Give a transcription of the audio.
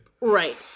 Right